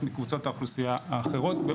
מקבוצות האוכלוסייה האחרות באופן משמעותי.